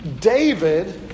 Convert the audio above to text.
David